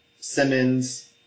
Simmons